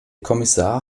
kommissar